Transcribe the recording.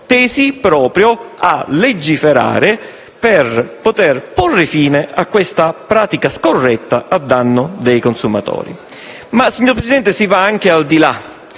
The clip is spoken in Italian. tesi proprio a legiferare per porre fine a questa pratica scorretta a danno dei consumatori. Eppure, signor Presente, si va anche al di là: